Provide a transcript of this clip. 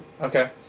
Okay